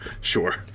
Sure